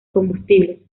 combustibles